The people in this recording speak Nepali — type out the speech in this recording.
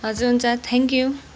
हजुर हुन्छ थ्याङ्क्यु